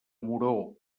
moró